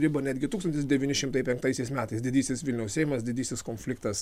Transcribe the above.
ribą netgi tūkstantis devyni šimtai penktaisiais metais didysis vilniaus seimas didysis konfliktas